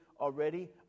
already